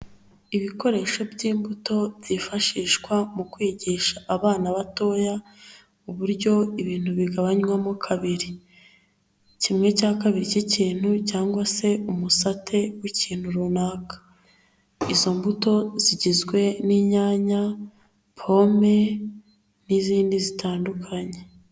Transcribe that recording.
Ibikoresho by'imbuto byifashishwa mu kwigisha abana batoya, uburyo ibintu bigabanywamo kabiri, kimwe cya kabiri cy'ikintu cyangwa se umusate w'ikintu runaka. Izo mbuto zigizwe n'inyanya, pome n'izindi zitandukanye.